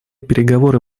переговоры